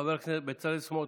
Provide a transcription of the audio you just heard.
חבר הכנסת בצלאל סמוטריץ',